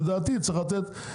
לדעתי צריך לתת,